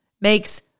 makes